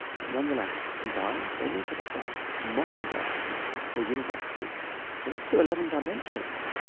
but nonetheless, combined, they make up a vast multiverse of possible universes in up to eleven dimensions,